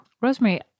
Rosemary